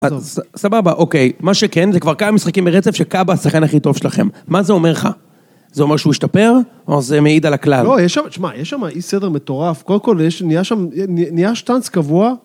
סבבה, אוקיי. מה שכן, זה כבר כמה משחקים ברצף שקאבה השחקן הכי טוב שלכם. מה זה אומר לך? זה אומר שהוא השתפר, או זה מעיד על הכלל? לא, יש שם, תשמע, יש שם אי סדר מטורף. קודם כל, נהיה שם, נהיה שטאנץ קבוע.